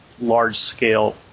large-scale